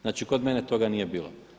Znači kod mene toga nije bilo.